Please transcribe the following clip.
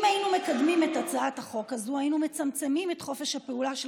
אם היינו מקדמים את הצעת החוק הזאת היינו מצמצמים את חופש הפעולה של